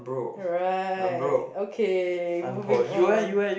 right okay moving on